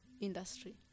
industry